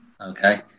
Okay